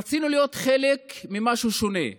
רצינו להיות חלק ממשהו שונה,